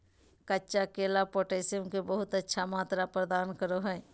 कच्चा केला पोटैशियम के बहुत अच्छा मात्रा प्रदान करो हइ